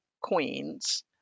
queens